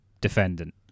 defendant